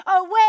away